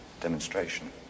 demonstration